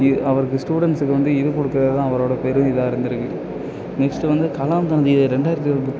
அவருக்கு ஸ்டூடன்ஸ்ஸுக்கு வந்து இது கொடுக்குறது தான் அவரோட பெரும் இதாக இருந்துருக்குது நெக்ஸ்ட் வந்து கலாம் தன்னுடைய ரெண்டாயிரத்தி புக்